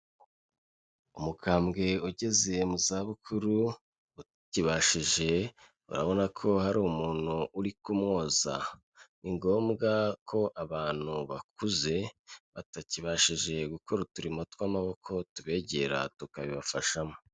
Umukambwe ugeze mu za bukuru utakibashije urabona ko hari umuntu uri kumwoza, ni ngombwa ko abantu bakuze batakibashije gukora uturimo tw'amaboko tubegera tukabibafashamo.